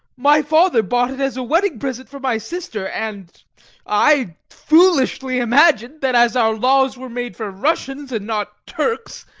my father bought it as a wedding present for my sister, and i foolishly imagined that as our laws were made for russians and not turks,